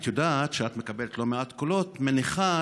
את יודעת שאת מקבלת לא מעט קולות מהניכר